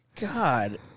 God